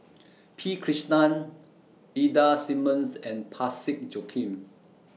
P Krishnan Ida Simmons and Parsick Joaquim